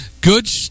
Good